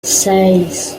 seis